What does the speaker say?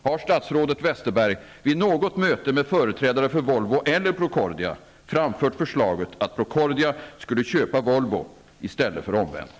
Har statsrådet Westerberg vid något möte med företrädare för Volvo eller Procordia framfört förslaget till att Procordia skulle köpa Volvo i stället för omvänt?